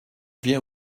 viens